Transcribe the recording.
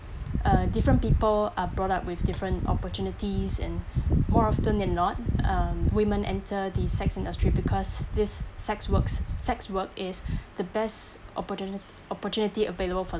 uh different people are brought up with different opportunities and more often than not um women enter the sex industry because this sex works sex work is the best opportuni~ opportunity available for